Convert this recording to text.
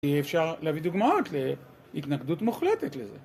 אפשר להביא דוגמאות להתנגדות מוחלטת לזה